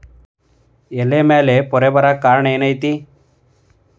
ಎಲೆ ಮ್ಯಾಲ್ ಪೊರೆ ಬರಾಕ್ ಕಾರಣ ಏನು ಐತಿ?